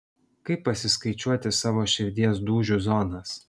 kaip pasiskaičiuoti savo širdies dūžių zonas